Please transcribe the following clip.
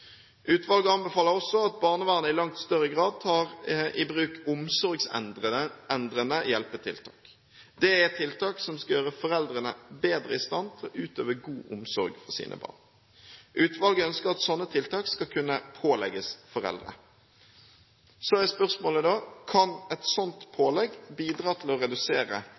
Utvalget anbefaler også at barnevernet i langt større grad tar i bruk omsorgsendrende hjelpetiltak. Det er tiltak som skal gjøre foreldrene bedre i stand til å utøve god omsorg for sine barn. Utvalget ønsker at slike tiltak skal kunne pålegges foreldre. Så er spørsmålet: Kan et slikt pålegg bidra til å redusere